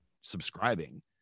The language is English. subscribing